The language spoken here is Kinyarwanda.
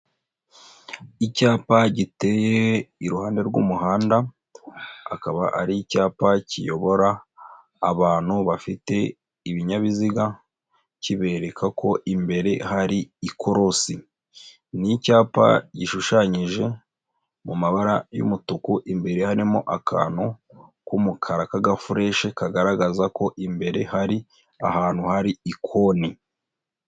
Icyapa giteye iruhande rw'umuhanda, akaba ari icyapa kiyobora abantu bafite ibinyabiziga kibereka ko imbere hari ikorosi. Ni icyapa gishushanyije mu mabara y'umutuku imbere harimo akantu k'umukara k'agafureshi kagaragaza ko imbere hari ahantu hari ikoni.